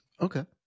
Okay